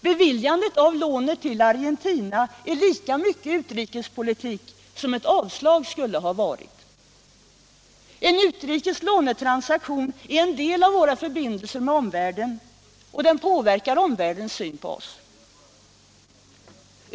Beviljandet av lånet till Argentina är lika mycket utrikespolitik som ett avslag hade varit. En utrikes lånetransaktion är en del av våra förbindelser med omvärlden, och den påverkar omvärldens syn på oss.